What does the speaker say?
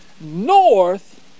north